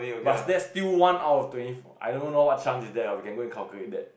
but that's still one out twenty four I don't know what chance is that you can go and calculate that